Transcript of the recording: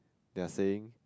they are saying